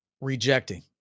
rejecting